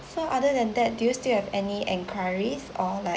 so other than that do you still have any enquiries or like